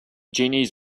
genies